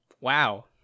Wow